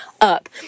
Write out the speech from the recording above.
up